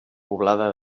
poblada